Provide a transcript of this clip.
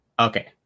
Okay